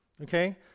Okay